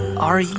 are